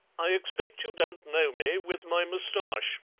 i expect you don't know me with my moustache,